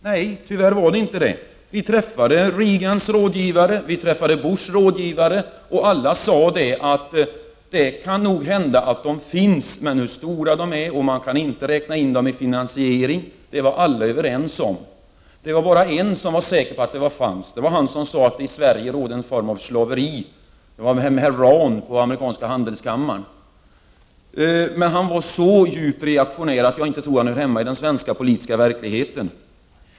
Herr talman! Nej, tyvärr var det inte det. Vi träffade Reagans rådgivare, och vi träffade Bushs rådgivare. Alla sade att det nog kan hända att de dynamiska effekterna finns. Men hur stora de är vet man inte och man kan inte räkna med dem i finansieringen — det var alla överens om. Det var bara en som var säker på att de dynamiska effekterna fanns, och det var han som sade att det i Sverige råder en form av slaveri — jag tänker på herr Rahn på amerikanska handelskammaren. Men han var så djupt reaktionär att jag inte tror att han hör hemma i den svenska politiska verkligheten.